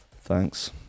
Thanks